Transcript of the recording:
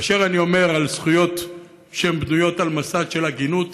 כאשר אני אומר על זכויות שהן בנויות על מסד של הגינות,